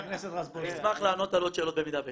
אני אשמח לענות על עוד שאלות, במידה שיש.